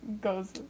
goes